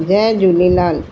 Jay Jhulelal